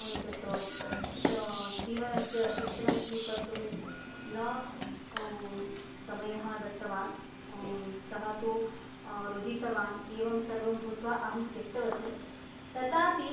एतत्तु सीवनस्य शिक्षणं स्वीकर्तुं न समयः दत्तवान् सः तु रुदितवान् एवं सर्वं भूत्वा अहं त्यक्तवती तथापि